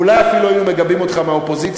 אולי אפילו היינו מגבים אותך מהאופוזיציה.